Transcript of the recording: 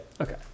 Okay